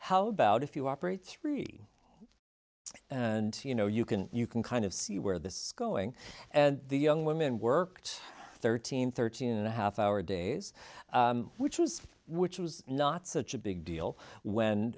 how about if you operate three and you know you can you can kind of see where this going and the young women worked thirteen thirteen and a half hour days which was which was not such a big deal when